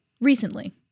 recently